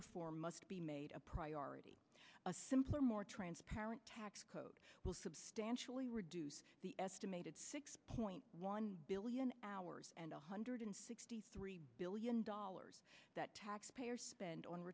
reform must be made a priority a simpler more transparent tax code will substantially reduce the estimated six point one billion hours and one hundred sixty three billion dollars that taxpayer